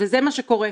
וזה מה שקורה.